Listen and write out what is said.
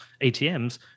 ATMs